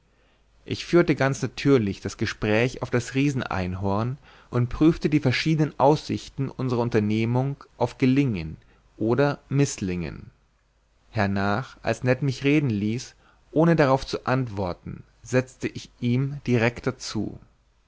ich führte ganz natürlich das gespräch auf das riesen einhorn und prüfte die verschiedenen aussichten unserer unternehmung auf gelingen oder mißlingen hernach als ned mich reden ließ ohne darauf zu antworten setzte ich ihm directer zu